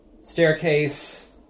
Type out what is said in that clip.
staircase